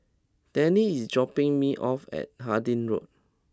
Tennie is dropping me off at Harding Road